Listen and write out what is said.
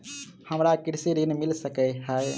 हमरा कृषि ऋण मिल सकै है?